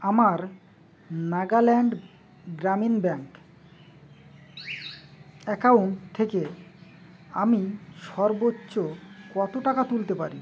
আমার নাগাল্যান্ড গ্রামীণ bank account থেকে আমি সর্বোচ্চ কত টাকা তুলতে পারি